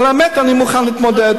על האמת אני מוכן להתמודד.